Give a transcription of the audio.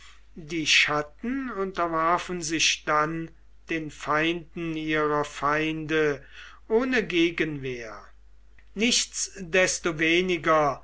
die chatten unterwarfen sich dann den feinden ihrer feinde ohne gegenwehr